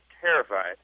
terrified